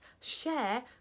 share